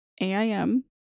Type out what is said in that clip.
aim